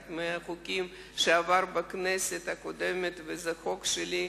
אחד מהחוקים שעבר בכנסת הקודמת, וזה חוק שלי,